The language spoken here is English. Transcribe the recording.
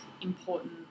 important